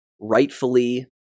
rightfully